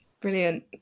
Brilliant